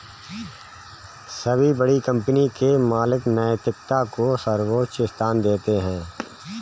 सभी बड़ी कंपनी के मालिक नैतिकता को सर्वोच्च स्थान देते हैं